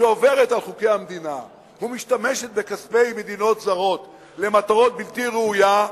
שעוברת על חוקי המדינה ומשתמשת בכספי מדינות זרות למטרה בלתי ראויה,